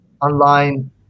online